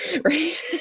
Right